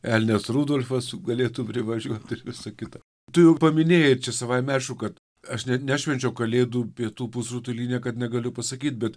elnias rudolfas galėtų privažiuot ir visa kita tu jau paminėjai ir čia savaime aišku kad aš ne nešvenčiau kalėdų pietų pusrutuly niekad negaliu pasakyt bet